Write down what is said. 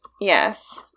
yes